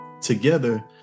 together